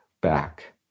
back